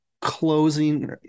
closing